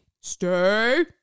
Stay